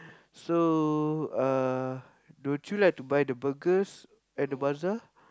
so uh don't you like to buy the burgers at the bazaar